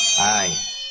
Hi